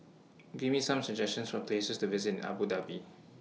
Give Me Some suggestions For Places to visit in Abu Dhabi